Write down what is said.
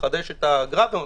מחדש את האגרה.